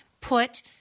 put